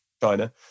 China